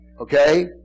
okay